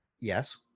yes